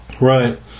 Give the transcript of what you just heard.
Right